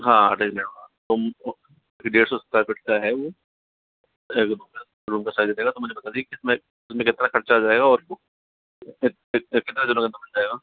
हाँ attach let bathroom डेढ़ सौ स्क्वायर फीट का है वो रूम का साइज़ हो जाएगा तो मैंने बता दिया कि इसमें इसमें कितना खर्चा आ जाएगा और फिर फिर कितने दिनों में बन जाएगा